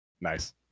Nice